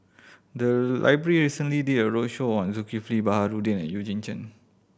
the library recently did a roadshow on Zulkifli Baharudin and Eugene Chen